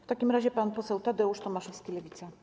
W takim razie pan poseł Tadeusz Tomaszewski, Lewica.